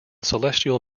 celestial